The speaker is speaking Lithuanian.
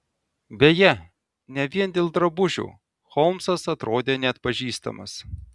beje ne vien dėl drabužių holmsas atrodė neatpažįstamas